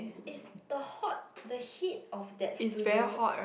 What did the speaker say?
is the hot the heat of that studio